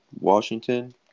Washington